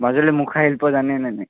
মাজুলীৰ মুখা শিল্প জানেনে নাই